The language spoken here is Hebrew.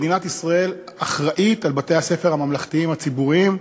מדינת ישראל אחראית לבתי-הספר הממלכתיים הציבוריים.